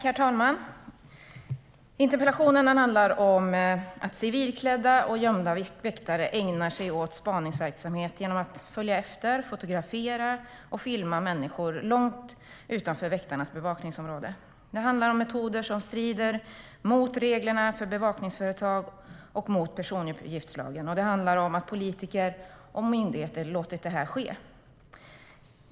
Herr talman! Interpellationen handlar om att civilklädda och gömda väktare ägnar sig åt spaningsverksamhet genom att följa efter, fotografera och filma människor långt utanför väktarnas bevakningsområde. Det handlar om metoder som strider mot reglerna för bevakningsföretag och mot personuppgiftslagen. Det handlar om att politiker och myndigheter har låtit detta ske.